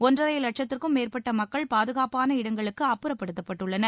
ஒன்றரை லட்சத்திற்கும் மேற்பட்ட மக்கள் பாதுகாப்பான இடங்களுக்கு அப்புறப்படுத்தப்பட்டுள்ளனர்